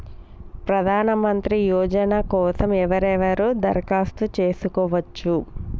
ప్రధానమంత్రి యోజన కోసం ఎవరెవరు దరఖాస్తు చేసుకోవచ్చు?